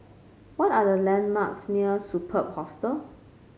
what are the landmarks near Superb Hostel